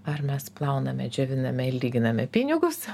ar mes plauname džioviname lyginame pinigus